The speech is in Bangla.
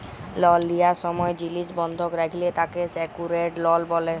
লল লিয়ার সময় জিলিস বন্ধক রাখলে তাকে সেক্যুরেড লল ব্যলে